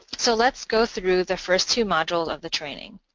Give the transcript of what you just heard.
so let's go through the first two modules of the training.